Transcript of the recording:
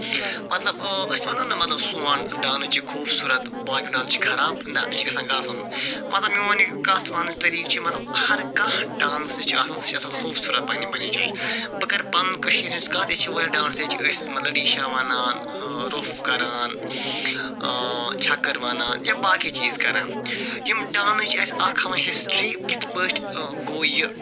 مَطلَب أسۍ وَنو نہٕ مَطلَب سون ڈانس چھ خوبصورت باقے ڈانس چھِ خراب نہ یہِ چھ گَژھان غَلَط وَنُن مَطلَب میون یہِ کتھ وَننک طریق چھُ مَطلَب ہر کانٛہہ ڈانس یُس چھُ آسان سُہ چھُ آسان خوبصورت پَننہِ پَننہِ جایہِ بہٕ کَرٕ پَنن کٔشیٖر ہٕنٛز کتھ ییٚتہِ چھِ واریاہ ڈانس ییٚتہِ چھِ أسۍ لڑی شاہ ونان روٚف کران چھَکٕر ونان یا باقے باقے چیٖز کران یِم ڈانس چھِ اَسہِ اکھ ہاوان ہِسٹری کِتھ پٲٹھۍ گوٚو یہِ ڈانس